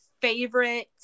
favorite